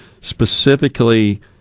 specifically